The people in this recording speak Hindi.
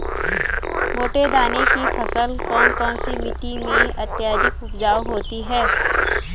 मोटे दाने की फसल कौन सी मिट्टी में अत्यधिक उपजाऊ होती है?